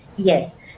Yes